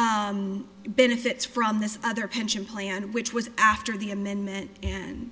receiving benefits from this other pension plan which was after the amendment and